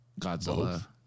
Godzilla